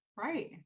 Right